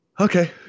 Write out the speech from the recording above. Okay